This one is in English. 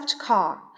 car